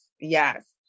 yes